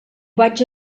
vaig